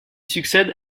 succède